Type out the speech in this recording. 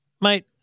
mate